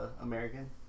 American